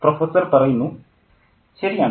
professor ശരിയാണ്